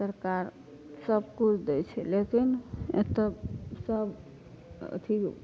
सरकार सब किछु दै छै लेकिन एतौ सब अथी